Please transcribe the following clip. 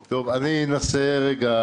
סגלוביץ' תכף חוזר.